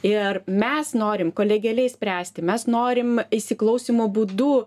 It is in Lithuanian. ir mes norim kolegialiai spręsti mes norim įsiklausymo būdu